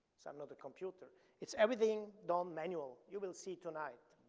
so i'm not a computer. it's everything done manual. you will see tonight.